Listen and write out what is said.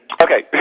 okay